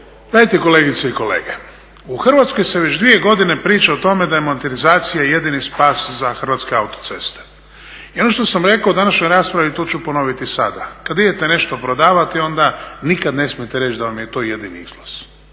Gledajte kolegice i kolege u Hrvatskoj se već dvije godine priča o tome da je monetizacija jedini spas za Hrvatske autoceste. I ono što sam rekao u današnjoj raspravi i to ću ponoviti i sada, kad idete nešto prodavati onda nikad ne smijete reći da vam je to jedini izlaz